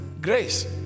Grace